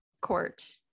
court